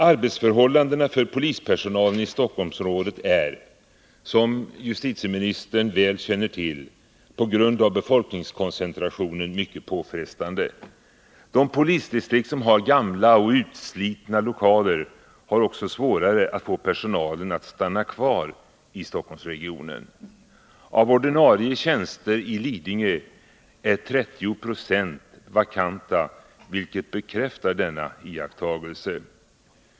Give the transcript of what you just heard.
Arbetsförhållandena för polispersonalen i Stockholmsområdet är, som justitieministern väl känner till, på grund av befolkningskoncentrationen mycket påfrestande. De polisdistrikt som har gamla och utslitna lokaler har också svårare att få personalen att stanna kvar i Stockholmsregionen. Av ordinarie tjänster i Lidingö är 30 Zo vakanta, vilket bekräftar denna iakttagelse.